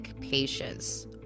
patients